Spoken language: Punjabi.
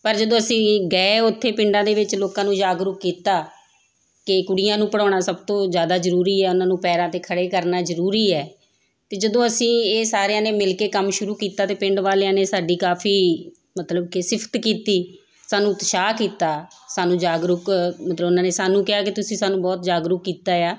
ਪਰ ਜਦੋਂ ਅਸੀਂ ਗਏ ਉੱਥੇ ਪਿੰਡਾਂ ਦੇ ਵਿੱਚ ਲੋਕਾਂ ਨੂੰ ਜਾਗਰੂਕ ਕੀਤਾ ਕਿ ਕੁੜੀਆਂ ਨੂੰ ਪੜ੍ਹਾਉਣਾ ਸਭ ਤੋਂ ਜ਼ਿਆਦਾ ਜ਼ਰੂਰੀ ਹੈ ਉਹਨਾਂ ਨੂੰ ਪੈਰਾਂ 'ਤੇ ਖੜ੍ਹੇ ਕਰਨਾ ਜ਼ਰੂਰੀ ਹੈ ਅਤੇ ਜਦੋਂ ਅਸੀਂ ਇਹ ਸਾਰਿਆਂ ਨੇ ਮਿਲ ਕੇ ਕੰਮ ਸ਼ੁਰੂ ਕੀਤਾ ਅਤੇ ਪਿੰਡ ਵਾਲਿਆਂ ਨੇ ਸਾਡੀ ਕਾਫੀ ਮਤਲਬ ਕਿ ਸਿਫਤ ਕੀਤੀ ਸਾਨੂੰ ਉਤਸ਼ਾਹ ਕੀਤਾ ਸਾਨੂੰ ਜਾਗਰੂਕ ਮਤਲਬ ਉਹਨਾਂ ਨੇ ਸਾਨੂੰ ਕਿਹਾ ਕਿ ਤੁਸੀਂ ਸਾਨੂੰ ਬਹੁਤ ਜਾਗਰੂਕ ਕੀਤਾ ਆ